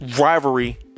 rivalry